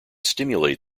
stimulate